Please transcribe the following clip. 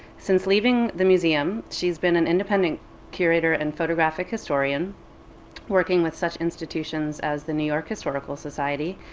since leaving the museum, she's been an independent curator and photographic historian working with such institutions as the new york historical society,